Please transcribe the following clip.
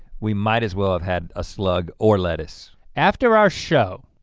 we might as well have had a slug or lettuce. after our show,